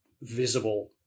visible